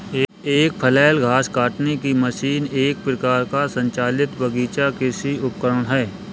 एक फ्लैल घास काटने की मशीन एक प्रकार का संचालित बगीचा कृषि उपकरण है